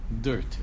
dirt